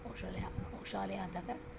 औषधालयाः औषधालयातः